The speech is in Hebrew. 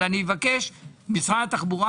אבקש מאנשי משרד התחבורה,